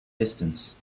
distance